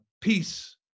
peace